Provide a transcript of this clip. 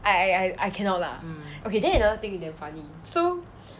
I I I cannot lah okay then another thing it damn funny so